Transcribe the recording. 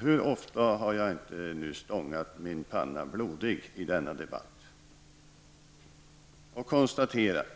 Hur ofta har jag inte stångat min panna blodig i denna debatt och konstaterat